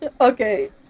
Okay